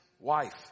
wife